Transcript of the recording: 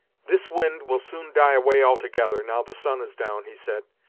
this wind will soon die away altogether, now the sun is down, he said,